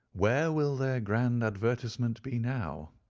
where will their grand advertisement be now?